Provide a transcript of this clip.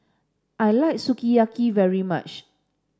I like Sukiyaki very much